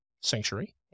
sanctuary